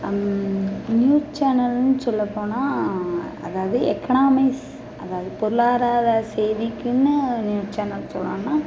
news சேனல்ன்னு சொல்லப்போனால் அதாவது எக்கனாமிஸ் அதாவது பொருளாதார சேவைக்குன்னு ஒரு சேனல் சொல்லணும்னால்